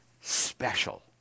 special